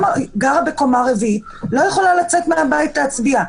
גרה בקומה רביעית ולא יכולה לצאת מהבית להצביע,